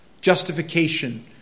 Justification